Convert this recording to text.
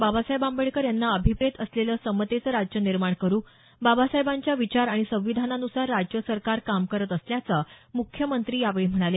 बाबासाहेब आंबेडकर यांना अभिप्रेत असलेलं समतेचं राज्य निर्माण करु बाबासाहेबांच्या विचार आणि संविधानान्सार राज्य सरकार काम करत असल्याचं मुख्यमंत्री यावेळी म्हणाले